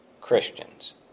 Christians